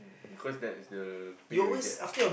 because that is the pay weekend